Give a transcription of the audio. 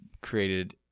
created